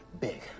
big